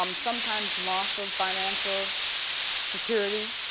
um sometimes loss of financial security,